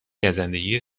گزندگی